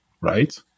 right